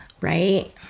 right